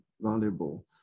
valuable